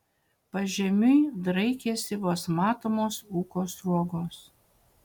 pažemiui draikėsi vos matomos ūko sruogos